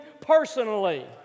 personally